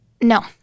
no